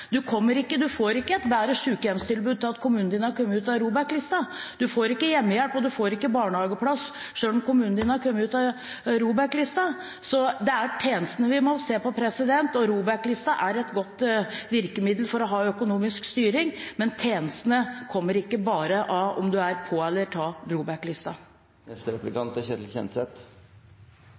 Du får ikke et bedre sykehjemstilbud av at kommunen din er kommet ut av ROBEK-listen. Du får ikke hjemmehjelp, og du får ikke barnehageplass selv om kommunen din har kommet ut av ROBEK-listen. Det er tjenestene vi må se på. ROBEK-listen er et godt virkemiddel for å ha økonomisk styring, men tjenestene kommer ikke bare av om du er på eller